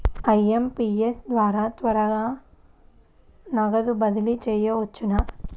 IMPS ద్వారా త్వరగా నగదు బదిలీ చేయవచ్చునా?